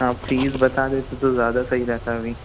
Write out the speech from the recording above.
आप फ़ीस बता देते तो ज़्यादा सही रहता अभी